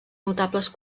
notables